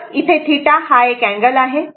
तर इथे θ हा एक अँगल आहे